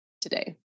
today